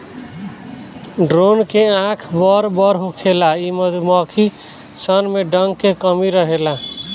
drone के आँख बड़ बड़ होखेला इ मधुमक्खी सन में डंक के कमी रहेला